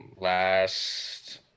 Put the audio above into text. last